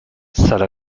sale